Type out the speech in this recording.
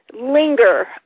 linger